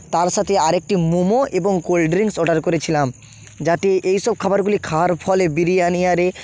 তার সাথে আর একটি মোমো এবং কোল্ড ড্রিঙ্কস অর্ডার করেছিলাম যাতে এইসব খাবারগুলি খাওয়ার ফলে বিরিয়ানি আরে